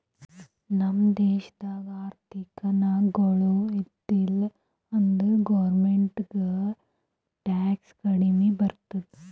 ನಮ್ ದೇಶ ಆರ್ಥಿಕ ನಾಗ್ ಛಲೋ ಇದ್ದಿಲ ಅಂದುರ್ ಗೌರ್ಮೆಂಟ್ಗ್ ಟ್ಯಾಕ್ಸ್ ಕಮ್ಮಿ ಬರ್ತುದ್